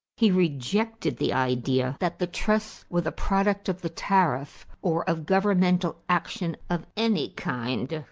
he rejected the idea that the trusts were the product of the tariff or of governmental action of any kind.